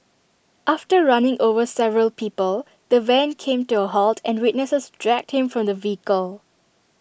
after running over several people the van came to A halt and witnesses dragged him from the vehicle